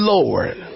Lord